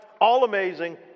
all-amazing